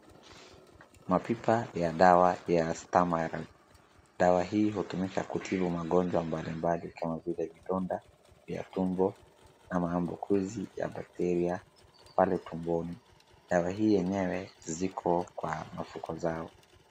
Mapipa ya dawa ya Stamaril . Dawa hii hutumika kutibu magonjwa mbalimbali kama vile vidonda vya tumbo na mahambukuzi ya bakteria pale tumboni. Dawa hii yenyewe ziko kwa mafuko zao.